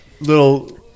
Little